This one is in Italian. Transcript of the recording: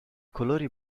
colori